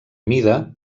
mida